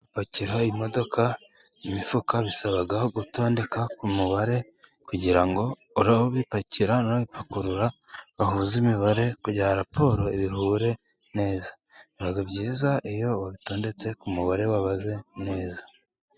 Gupakira imodoka imifuka bisaba gutondeka ku mubare, kugira ngo urabipakira n'urabipakurura bahuze imibare, kugira ngo raporo bihure neza biba byiza iyo wabitondetse ku mubare wabaze neza.